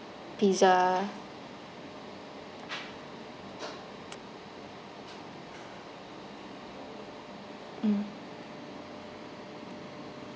pizza mm